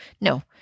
no